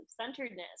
centeredness